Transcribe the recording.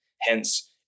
Hence